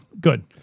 Good